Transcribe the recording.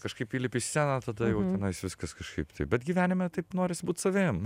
kažkaip įlipi į sceną tada jau tenais viskas kažkaip taip bet gyvenime taip norisi būt savim